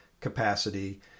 capacity